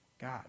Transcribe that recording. God